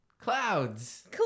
clouds